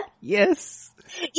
Yes